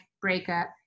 breakup